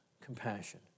compassion